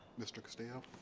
mr. castillo?